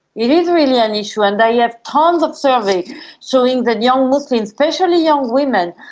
it is really an issue. and i have tonnes of surveys showing that young muslims, especially young women,